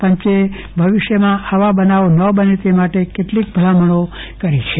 પંચે ભવિષ્યમાં આવા બનાવો ન બને તે માટે કેટલીક ભલામણો કરી છે